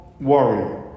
worry